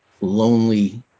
lonely